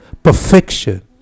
Perfection